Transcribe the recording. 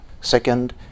Second